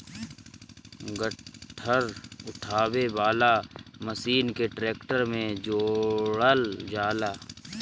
गट्ठर उठावे वाला मशीन के ट्रैक्टर में जोड़ल जाला